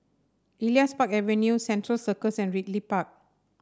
Elias Park Avenue Central Circus and Ridley Park